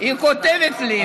היא כותבת לי: